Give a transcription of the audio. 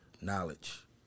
knowledge